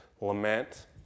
lament